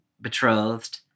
betrothed